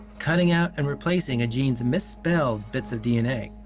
cutting out and replacing a gene's misspelled bits of dna.